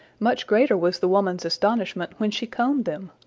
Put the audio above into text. much greater was the woman's astonishment when she combed them,